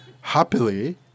happily